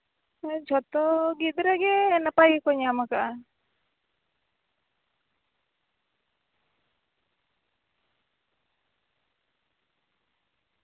ᱢᱟᱱᱮ ᱡᱷᱚᱛᱚ ᱜᱤᱫᱽᱨᱟᱹ ᱜᱮ ᱱᱟᱯᱟᱭ ᱜᱮᱠᱚ ᱧᱟᱢᱟᱠᱟᱜᱼᱟ